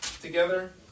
together